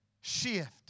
Shift